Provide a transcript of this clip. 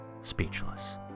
speechless